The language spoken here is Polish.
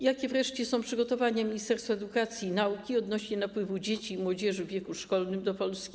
Jakie wreszcie są przygotowania Ministerstwa Edukacji i Nauki odnośnie do napływu dzieci i młodzieży w wieku szkolnym do Polski?